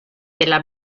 tela